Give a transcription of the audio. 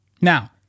Now